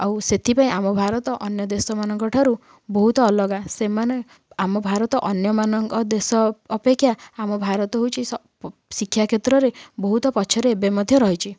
ଆଉ ସେଥିପାଇଁ ଆମ ଭାରତ ଅନ୍ୟ ଦେଶ ମାନଙ୍କଠାରୁ ବହୁତ ଅଲଗା ସେମାନେ ଆମ ଭାରତ ଅନ୍ୟମାନଙ୍କ ଦେଶ ଅପେକ୍ଷା ଆମ ଭାରତ ହେଉଛି ଶିକ୍ଷା କ୍ଷେତ୍ରରେ ବହୁତ ପଛରେ ଏବେ ମଧ୍ୟ ରହିଛି